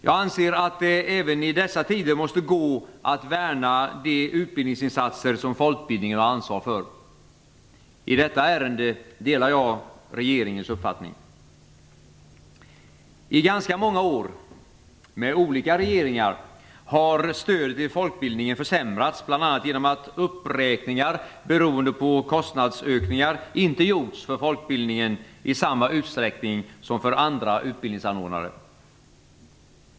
Jag anser att det även i dessa tider måste gå att värna de utbildningsinsatser som folkbildningen har ansvar för. I detta ärende delar jag regeringens uppfattning. I ganska många år - med olika regeringar - har stödet till folkbildningen försämrats, bl.a. genom att uppräkningar beroende på kostnadsökningar inte gjorts för folkbildningen i samma utsträckning som för andra utbildningsanordnare.